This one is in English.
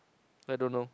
I don't know